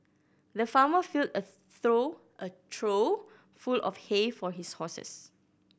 the farmer filled a throw a trough full of hay for his horses